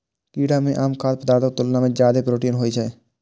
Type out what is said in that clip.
कीड़ा मे आम खाद्य पदार्थक तुलना मे जादे प्रोटीन होइ छै